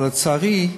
אבל, לצערי,